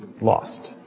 lost